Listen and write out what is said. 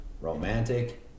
romantic